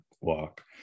walk